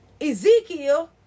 Ezekiel